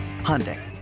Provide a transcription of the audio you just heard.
Hyundai